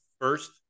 first